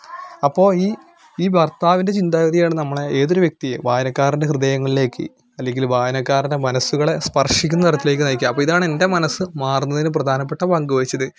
അപ്പോൾ ഈ ഈ ഭർത്താവിൻ്റെ ചിന്താഗതിയാണ് നമ്മളെ ഏതൊരു വ്യക്തിയെയും വായനക്കാരൻ്റെ ഹൃദയങ്ങളിലേക്ക് അല്ലെങ്കില് വായനക്കാരുടെ മനസ്സുകളെ സ്പർശിക്കുന്ന തരത്തിലേക്ക് നയിക്കുക അപ്പോൾ ഇതാണെൻ്റെ മനസ്സ് മാറുന്നതിന് പ്രധാനപ്പെട്ട പങ്ക് വഹിച്ചത്